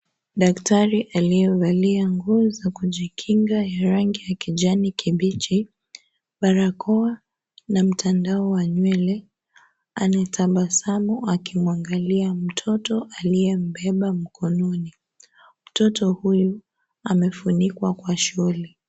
Daktari aliyevalia nguo za kujikinga ya rangi ya kijani kibichi, barakoa na mtandao wa nywele. Anatabasamu akimwangalia mtoto aliyembeba mkononi. Mtoto huyu, amefunikwa kwa showli .